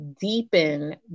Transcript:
deepen